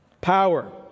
Power